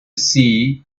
sea